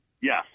Yes